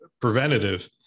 preventative